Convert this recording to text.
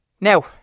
Now